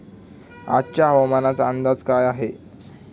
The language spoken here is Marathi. आजचा हवामानाचा अंदाज काय आहे?